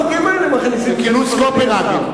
החוק הזה לא יהיה, כינוס קופנהגן.